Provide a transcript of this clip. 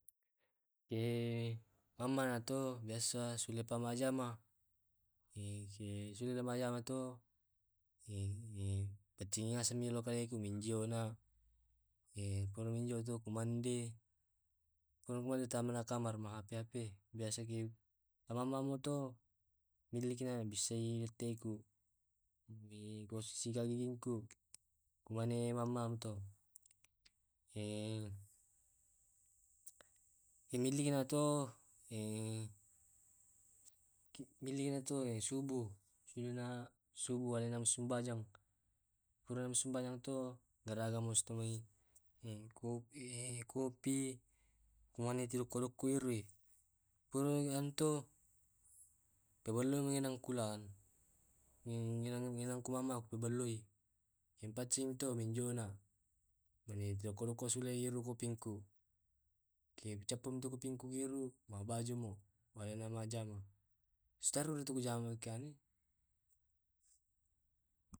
Ke mamaka toh pas sule ka majama to e pacing ngasang kale ku mendio na kumande teru tama ka kamar ma hp-hp biasa ke mmamak ka to milik ka bisse i gigiku mane mamak ka to ke milik ka to subuh sola na sembajang pra sembayang garage ka kopi lokoloko iru kipura ya to ko balaoi kulan ngenang mama ku npaccing sule kopingku cappu kopi ku ma baju a sule majama sitar uku jama